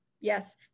Yes